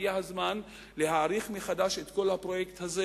הגיע הזמן להעריך מחדש את כל הפרויקט הזה